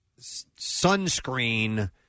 sunscreen